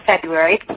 February